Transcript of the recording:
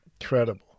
Incredible